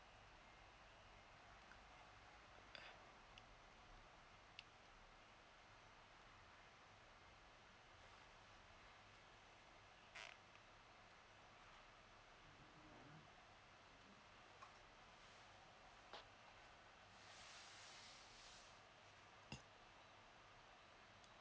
uh uh